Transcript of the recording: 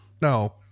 No